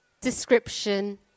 description